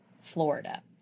Florida